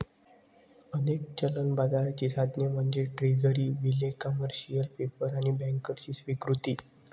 अनेक चलन बाजाराची साधने म्हणजे ट्रेझरी बिले, कमर्शियल पेपर आणि बँकर्सची स्वीकृती